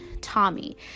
Tommy